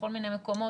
בכל מיני מקומות,